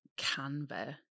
Canva